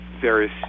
various